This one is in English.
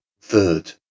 Third